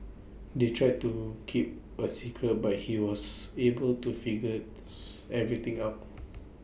they tried to keep A secret but he was able to figures everything out